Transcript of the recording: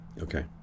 Okay